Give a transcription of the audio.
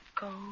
go